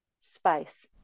space